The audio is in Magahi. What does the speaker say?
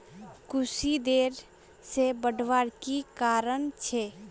कुशी देर से बढ़वार की कारण छे?